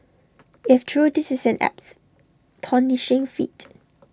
if true this is an apps feat